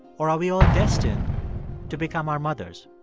or are we all destined to become our mothers?